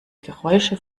geräusche